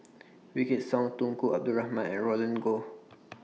Wykidd Song Tunku Abdul Rahman and Roland Goh